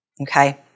Okay